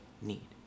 need